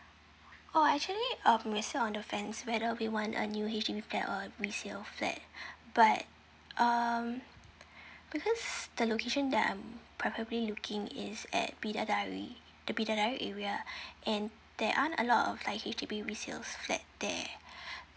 oh actually um we still on the fence whether we want a new H_D_B flat or resale flat but um because the location that I'm probably looking is at bidadari the bidadari area and there aren't a lot of like H_D_B resale flat there